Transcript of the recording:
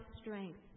strength